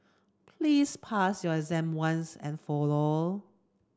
please pass your exam once and for all